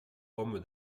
homme